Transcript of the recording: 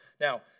Now